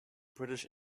british